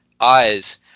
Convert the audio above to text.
eyes